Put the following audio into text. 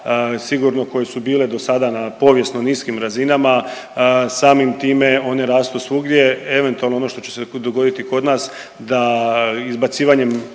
sigurno koje su bile dosada na povijesno niskim razinama, samim time one rastu svugdje, eventualno ono što će se dogoditi kod nas da izbacivanjem